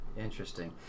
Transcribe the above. Interesting